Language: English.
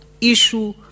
issue